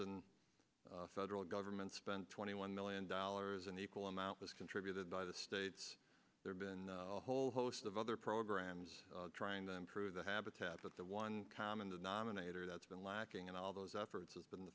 basin federal government spent twenty one million dollars an equal amount was contributed by the states there's been a whole host of other programs trying to improve the habitat but the one common denominator that's been lacking in all those efforts has been the